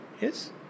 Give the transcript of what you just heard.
Yes